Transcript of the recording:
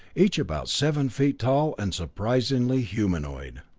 each about seven feet tall, and surprisingly humanoid.